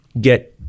get